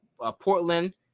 Portland